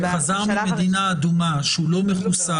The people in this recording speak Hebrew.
אדם שחזר ממדינה אדומה, שהוא לא מחוסן.